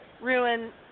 ruin